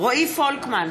רועי פולקמן,